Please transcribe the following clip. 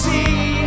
See